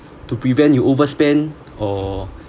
to prevent you overspend or